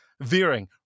veering